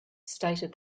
stated